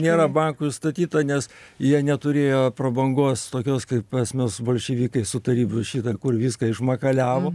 nėra bankui užstatyta nes jie neturėjo prabangos tokios kaip pas mus bolševikai su tarybų šita kur viską išmakaliavo